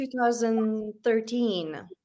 2013